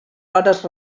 hores